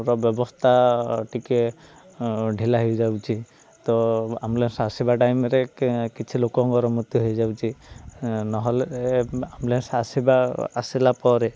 ର ବ୍ୟବସ୍ଥା ଟିକେ ଢିଲା ହେଇଯାଉଛି ତ ଆମ୍ବୁଲାନ୍ସ ଆସିବା ଟାଇମ୍ରେ କିଛି ଲୋକ ଙ୍କର ମୃତ୍ୟୁ ହେଇଯାଉଛି ନହେଲେ ଆମ୍ବୁଲାନ୍ସ ଆସିବା ଆସିଲା ପରେ